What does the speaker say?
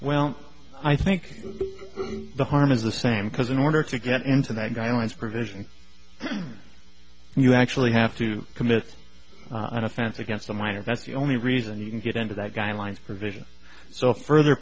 well i think the harm is the same because in order to get into that guidelines provision you actually have to commit an offense against a minor that's the only reason you can get into that guidelines provision so further